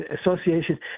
associations